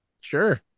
Sure